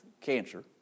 cancer